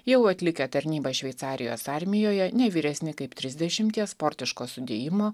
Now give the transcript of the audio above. jau atlikę tarnybą šveicarijos armijoje ne vyresni kaip trisdešimties sportiško sudėjimo